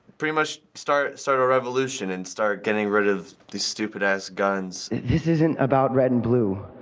pretty much start sort of a revolution and start getting rid of these stupid-ass guns. this isn't about red and blue.